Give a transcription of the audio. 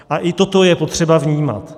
A toto je potřeba vnímat.